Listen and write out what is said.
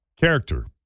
character